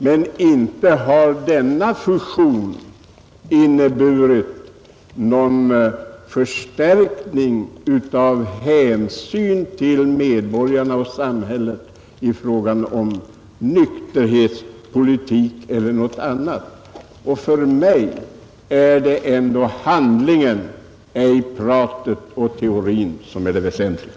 Men inte har denna fusion inneburit någon förstärkning av hänsynen till medborgarna och samhället när det gäller nykterhetspolitik! För mig är det ändå handlingen, ej pratet och teorin, som är det väsentliga.